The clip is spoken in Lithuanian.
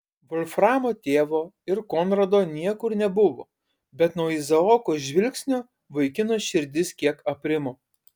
volframo tėvo ir konrado niekur nebuvo bet nuo izaoko žvilgsnio vaikino širdis kiek aprimo